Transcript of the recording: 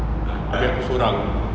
abeh aku sorang